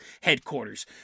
headquarters